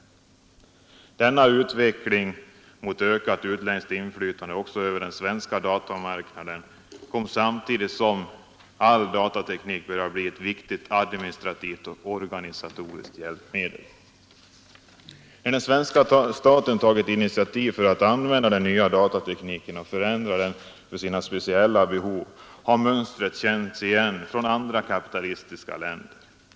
Denna utveckling mot ökat utländskt inflytande också över den svenska datormarknaden kom samtidigt som datatekniken började bli ett viktigt administra tivt och organisatoriskt hjälpmedel. När den svenska staten tagit initiativ för att använda den nya datatekniken och förändra den för sina speciella behov, har mönstret känts igen från andra kapitalistiska länder.